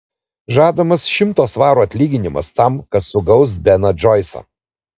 žadamas šimto svarų atlyginimas tam kas sugaus beną džoisą